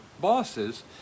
bosses